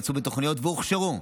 יצאו בתוכניות והוכשרו,